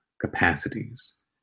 capacities